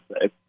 say